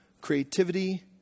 creativity